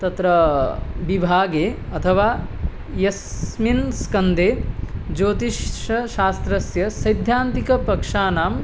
तत्र विभागे अथवा यस्मिन् स्कन्धे ज्योतिश्शास्त्रस्य सैद्धान्तिकपक्षाणां